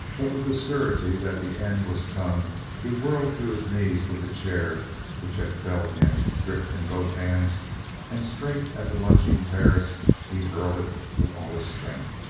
but with the surety that the end was come he whirled to his knees with the chair which had felled him gripped in both hands and straight at the lunging perris he hurled it with all his strength.